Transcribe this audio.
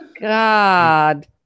God